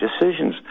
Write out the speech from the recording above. decisions